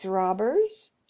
robbers